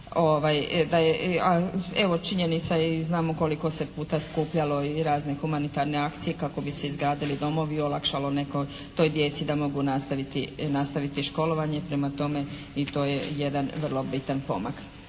Evo činjenica je i znamo koliko se puta skupljalo i razne humanitarne akcije kako bi se izgradili domovi i olakšalo nekako toj djeci da mogu nastaviti školovanje. Prema tome, i to je jedan vrlo bitan pomak.